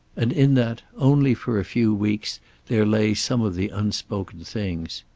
and in that only for a few weeks there lay some of the unspoken things.